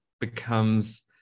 becomes